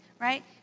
right